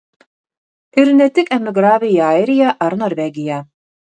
ir ne tik emigravę į airiją ar norvegiją